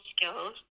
Skills